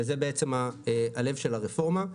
זה בעצם הלב של הרפורמה.